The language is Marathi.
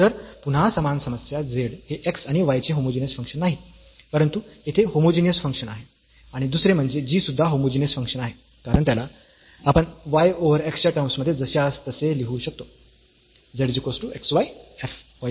तर पुन्हा समान समस्या z हे x आणि y चे होमोजीनियस फंक्शन नाही परंतु येथे होमोजीनियस फंक्शन आहे आणि दुसरे म्हणजे g सुद्धा होमोजीनियस फंक्शन आहे कारण त्याला आपण y ओव्हर x च्या टर्म्स मध्ये जशास तसे लिहू शकतो